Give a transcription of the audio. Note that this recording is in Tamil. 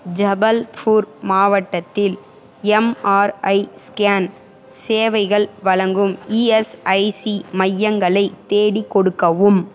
ஜபல்பூர் மாவட்டத்தில் எம்ஆர்ஐ ஸ்கேன் சேவைகள் வழங்கும் இஎஸ்ஐசி மையங்களைத் தேடிக் கொடுக்கவும்